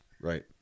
Right